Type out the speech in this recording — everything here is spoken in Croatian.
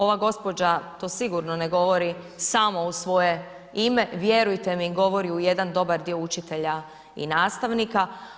Ova gospođa to sigurno ne govori samo u svoje ime, vjerujte mi govori u jedan dobar dio učitelja i nastavnika.